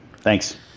Thanks